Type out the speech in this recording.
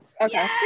Okay